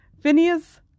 Phineas